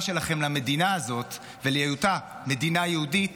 שלכם למדינה הזאת ולהיותה מדינה יהודית